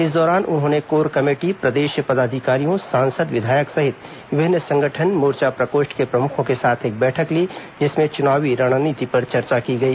इस दौरान उन्होंने कोर कमेटी प्रदेश पदाधिकारियों सांसद विधायक सहित विभिन्न संगठन मोर्चा प्रकोष्ठ के प्रमुखों के साथ एक बैठक ली जिसमें चुनावी रणनीति पर चर्चा की गई